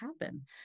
happen